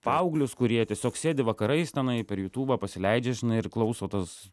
paauglius kurie tiesiog sėdi vakarais tenai per jutubą pasileidžia žinai ir klauso tas